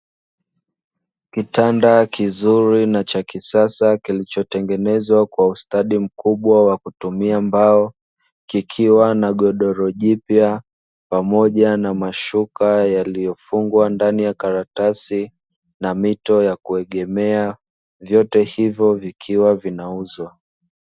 Kitanda kizuri na cha kisasa kilichotengenezwa kwa ustadi mkubwa wa kutumia mbao, kikiwa na godoro jipya pamoja na mashuka yaliyofungwa ndani ya karatasi na mito ya kuegemea. Vyote hivyo vikiwa vinauzwa.